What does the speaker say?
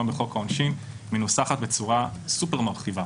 בחוק העונשין מנוסחת בצורה סופר מרחיבה.